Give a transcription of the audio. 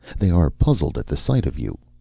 they are puzzled at the sight of you.